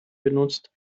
benutzt